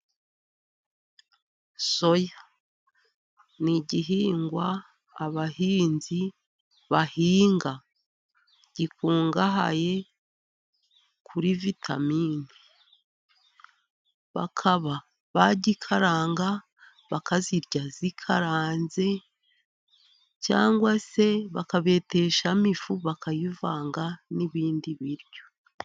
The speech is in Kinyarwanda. Soya ni igihingwa abahinzi bahinga. Gikungahaye kuri vitamini, bakaba bagikaranga bakazirya zikaranze, cyangwa se bakabeteshamo ifu bakayivanga n'ibindi biryo.